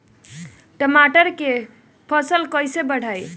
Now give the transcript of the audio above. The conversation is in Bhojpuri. टमाटर के फ़सल कैसे बढ़ाई?